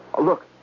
Look